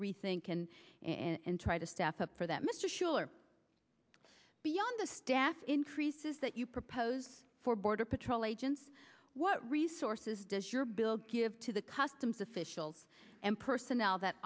rethink and and try to staff up for that mr schuler beyond the staff increases that you propose for border patrol agents what resources does your bill give to the customs officials and personnel that